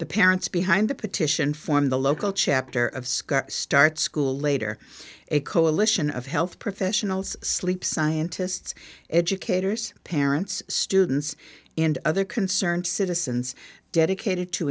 the parents behind the petition form the local chapter of scar start school later a coalition of health professionals sleep scientists educators parents students and other concerned citizens dedicated to